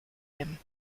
him